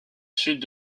sud